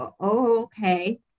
okay